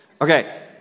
Okay